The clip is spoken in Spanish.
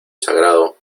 sagrado